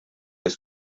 ist